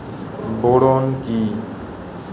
Boron কি?